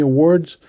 Awards